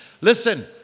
Listen